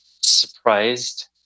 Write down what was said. Surprised